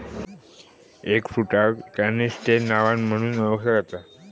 एगफ्रुटाक canistel नावान म्हणुन ओळखला जाता